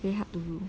very hard to do